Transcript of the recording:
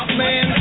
man